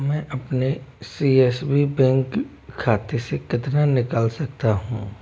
मैं अपने C S B bank के खाते से कितना निकाल सकता हूँ